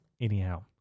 anyhow